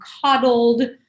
coddled